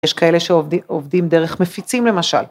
‫יש כאלה שעובדים דרך מפיצים למשל.